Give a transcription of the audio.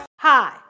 Hi